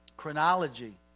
chronology